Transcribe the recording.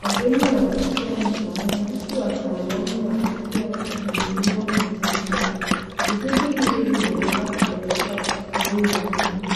Wageni wanapokea msaada huku wataalamu wa afya wakihudumia mahitaji yao. Juhudi hizi zinalenga kuboresha ustawi wa jamii.